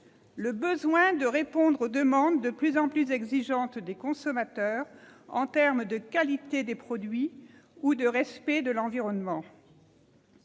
nécessaire de répondre aux demandes de plus en plus exigeantes des consommateurs en termes de qualité des produits ou de respect de l'environnement.